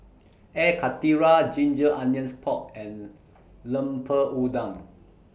Air Karthira Ginger Onions Pork and Lemper Udang